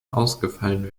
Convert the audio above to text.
ausgefallen